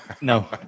No